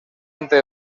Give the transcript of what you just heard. entre